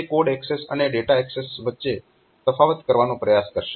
તે code access અને data access વચ્ચે તફાવત કરવાનો પ્રયાસ કરશે